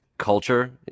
culture